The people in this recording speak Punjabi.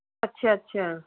ਅੱਛਾ ਅੱਛਾ